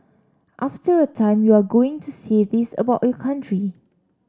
after a time you are going to say this about your country